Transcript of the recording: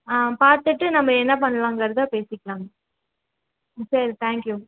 ஆ பார்த்துட்டு நம்ம என்ன பண்ணலாங்கிறத பேசிக்கலாங்க ம் சரி தேங்க்யூங்க